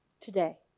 today